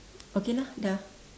okay lah dah